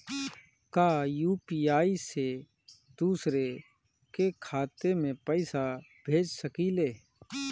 का यू.पी.आई से दूसरे के खाते में पैसा भेज सकी ले?